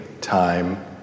time